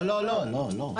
לא, לא, לא.